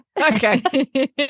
Okay